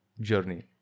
journey